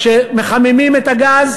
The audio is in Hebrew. כשמחממים את הגז,